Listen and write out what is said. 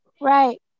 Right